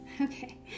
okay